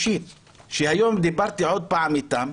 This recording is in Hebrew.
שהיום דיברתי איתם עוד פעם,